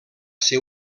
ser